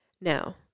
Now